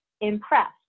impressed